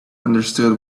understood